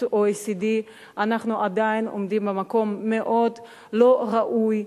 ה-OECD אנחנו עדיין עומדים במקום מאוד לא ראוי,